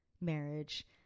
marriage